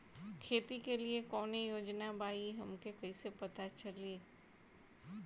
खेती के लिए कौने योजना बा ई हमके कईसे पता चली?